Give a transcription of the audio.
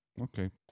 okay